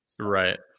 Right